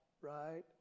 right